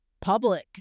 public